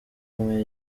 umwe